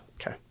Okay